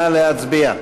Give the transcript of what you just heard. נא להצביע.